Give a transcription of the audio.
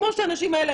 כמו שהאנשים האלה,